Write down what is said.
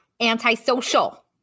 antisocial